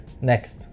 Next